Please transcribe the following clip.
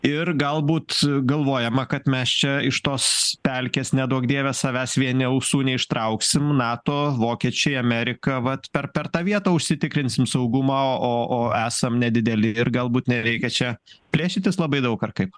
ir galbūt galvojama kad mes čia iš tos pelkės neduok dieve savęs vieni ausų neištrauksim nato vokiečiai amerika vat per per tą vietą užsitikrinsim saugumą o o esam nedideli ir galbūt nereikia čia plėšytis labai daug ar kaip